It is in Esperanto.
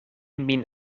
min